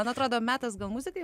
man atrodo metas gal muzikai